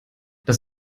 das